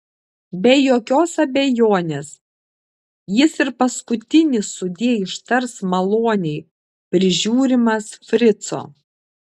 be jokios abejonės jis ir paskutinį sudie ištars maloniai prižiūrimas frico